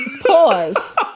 Pause